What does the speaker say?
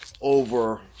over